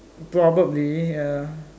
probably ya